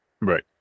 right